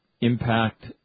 impact